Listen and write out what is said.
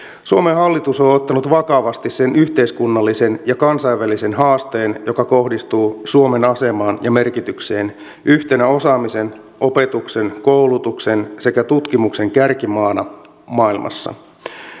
suomen hallitus on on ottanut vakavasti sen yhteiskunnallisen ja kansainvälisen haasteen joka kohdistuu suomen asemaan ja merkitykseen yhtenä osaamisen opetuksen koulutuksen sekä tutkimuksen kärkimaana maailmassa